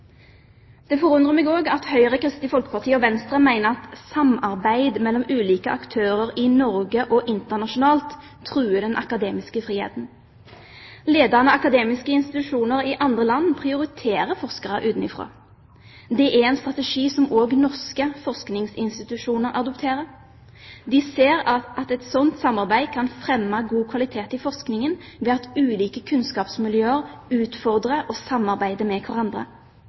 Det forundrer meg at Høyre, Kristelig Folkeparti og Venstre mener at samarbeid mellom ulike aktører i Norge og internasjonalt truer den akademiske friheten. Ledende akademiske institusjoner i andre land prioriterer forskere utenfra. Det er en strategi som òg norske forskningsinstitusjoner adopterer. De ser at et sånt samarbeid kan fremme god kvalitet i forskningen, ved at ulike kunnskapsmiljøer utfordrer og samarbeider med hverandre.